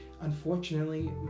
unfortunately